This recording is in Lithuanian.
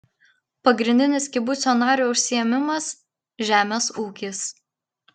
pagrindinis kibuco narių užsiėmimas žemės ūkis